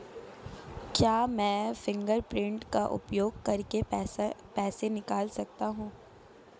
क्या मैं फ़िंगरप्रिंट का उपयोग करके पैसे निकाल सकता हूँ?